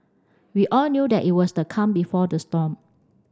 we all knew that it was the calm before the storm